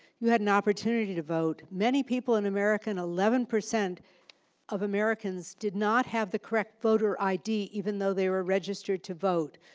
who had an opportunity to vote. many people in america, eleven percent of americans did not have the correct voter id, even though they were registered to vote.